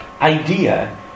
idea